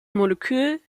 molekül